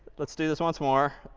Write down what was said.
let's do this once more.